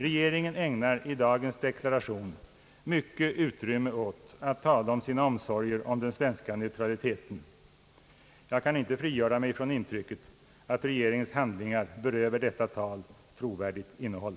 Regeringen ägnar i dagens deklaration mycket utrymme åt att skildra sina omsorger om den svenska neutraliteten, Jag kan inte frigöra mig från intrycket att regeringens handlingar berövar detta tal trovärdigt innehåll.